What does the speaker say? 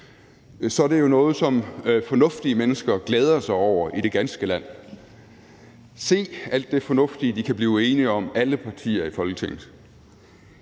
er det jo noget, som fornuftige mennesker glæder sig over i det ganske land. Se alt det fornuftige, alle partier i Folketinget